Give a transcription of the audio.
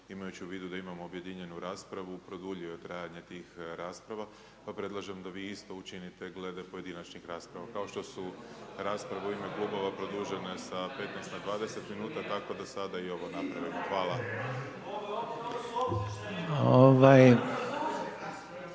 imajući u vidu da imamo objedinjenu raspravu, produljio trajanje tih rasprava, pa predlažem da vi isto učinite glede pojedinačnih rasprava. Kao što su raspravu u ime Klubova produžene sa 15 na 20 min, tako da ovo i sada napravimo.